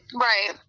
right